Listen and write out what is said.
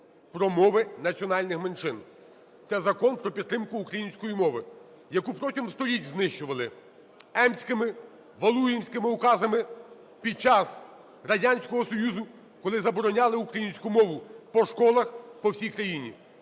про мови національних меншин. Це закон про підтримку української мови, яку протягом століть знищували Емськими, Валуєвським указами, під час Радянського Союзу, коли забороняли українську мову по школах по всій країні.